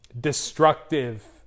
destructive